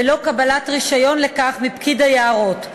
בלא קבלת רישיון לכך מפקיד היערות.